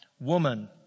woman